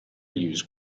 use